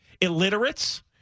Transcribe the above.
Illiterates